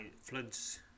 floods